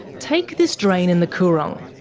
take this drain in the coorong.